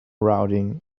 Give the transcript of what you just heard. routing